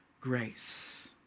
grace